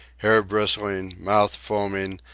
hair bristling, mouth foaming,